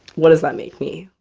what does that make me?